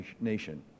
nation